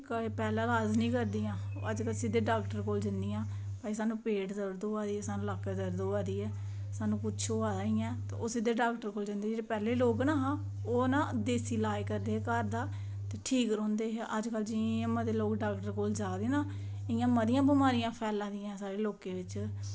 पैह्लें लाज़ नि करदियां सिद्धा डॉक्टर कोल जंदियां की स्हानू पेट दर्द होआ दी सानूं लक्क दर्द होआ दी ऐ सानूं कुछ होआ दा ऐ इंया ते ओह् सिद्धे डॉक्टर कोल जंदी ते पैह्लें लोक हे ना ते ओह् ना देसी लाज़ करदे हे घर दा ते ठीक रौहंदे हे ते अज्जकल जियां जियां लोग डॉक्टर कोल जा दे ना इंया मतियां बमारियां फैला दियां साढ़े लोकें बिच